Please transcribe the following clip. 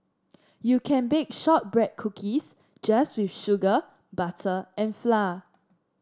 you can bake shortbread cookies just with sugar butter and flour